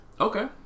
okay